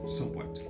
somewhat